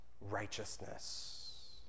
righteousness